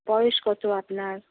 বয়স কত আপনার